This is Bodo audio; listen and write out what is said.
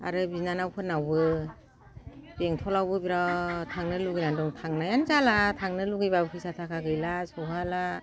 आरो बिनानावफोरनावबो बेंटलावबो बिराद थांनो लुबैनानै दं थांनायानो जाला थांनो लुबैबाबो फैसा थाखा गैला सौहाला